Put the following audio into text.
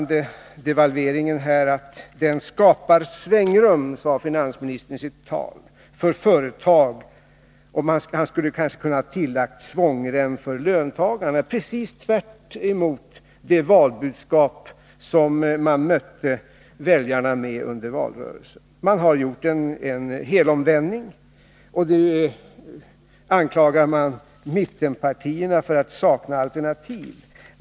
Devalveringen skapar svängrum, sade finansministern i sitt tal, för företag. Han skulle kanske ha kunnat tillägga att den skapar svångrem för löntagarna — precis tvärtemot det valbudskap som man mötte väljarna med under valrörelsen. Man har gjort en helomvändning. Nu anklagar man mittenpartierna för att sakna alternativ.